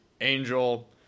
Angel